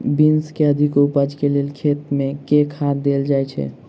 Beans केँ अधिक उपज केँ लेल खेत मे केँ खाद देल जाए छैय?